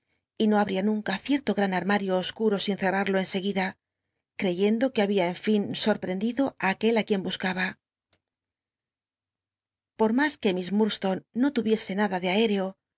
y no abl'ia nunca cierto gran armario oscuro sin cerml'lo en seguida creyendo que había en fin sorprendid o ti aquel l quien buscaba por mas c uc miss mmdslone no tuviese nada de aérco